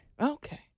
Okay